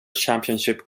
championship